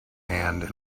hand